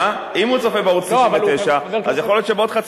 לא, אבל הוא חבר בכנסת המכהנת?